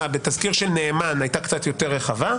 בתזכיר של נאמן היא הייתה קצת יותר רחבה,